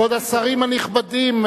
כבוד השרים הנכבדים,